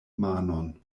manon